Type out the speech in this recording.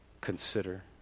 consider